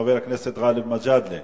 חבר הכנסת גאלב מג'אדלה.